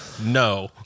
no